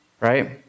right